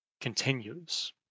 continues